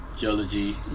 Geology